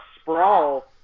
sprawl